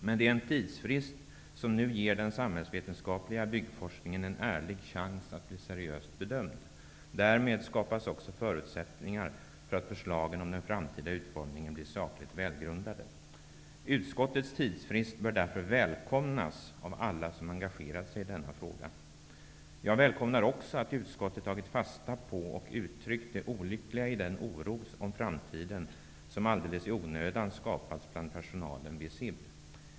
Men det är en tidsfrist som nu ger den samhällsvetenskapliga byggforskningen en ärlig chans att bli seriöst bedömd. Därmed skapas också förutsättningar för att förslagen om den framtida utformningen blir sakligt välgrundade. Utskottets tidsfrist bör därför välkomnas av alla som engagerat sig i denna fråga. Jag välkomnar också att utskottet tagit fasta på och uttryckt det olyckliga i den oro om framtiden som alldeles i onödan skapats bland personalen vid SIB.